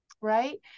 right